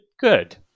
Good